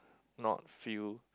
not feel